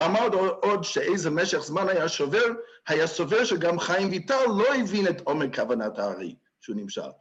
‫אמר עוד שאיזה משך זמן היה שובר, ‫היה סובר שגם חיים ויטאר ‫לא הבין את עומק כוונת הארי שהוא נמשל.